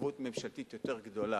התערבות ממשלתית יותר גדולה.